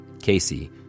Casey